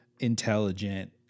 intelligent